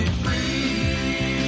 free